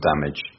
damage